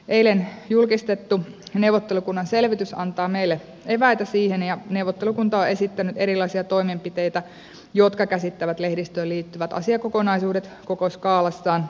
eilen julkistettu neuvottelukunnan selvitys antaa meille eväitä siihen ja neuvottelukunta on esittänyt erilaisia toimenpiteitä jotka käsittävät lehdistöön liittyvät asiakokonaisuudet koko skaalassaan